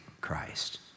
Christ